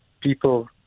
people